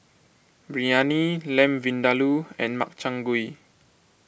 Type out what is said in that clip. Biryani Lamb Vindaloo and Makchang Gui